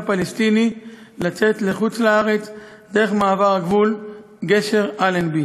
פלסטיני לצאת לחוץ-לארץ דרך מעבר הגבול גשר אלנבי.